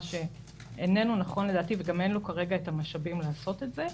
מה שאיננו נכון לדעתי וגם אין לו כרגע את המשאבים לעשות את זה.